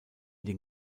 den